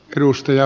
rustoja